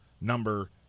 number